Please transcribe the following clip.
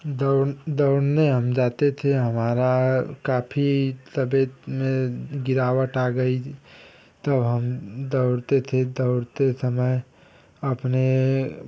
दौड़ दौड़ने हम जाते थे हमारा काफी तबीयत में गिरावट आ गई तब हम दौड़ते थे दौड़ते समय अपनी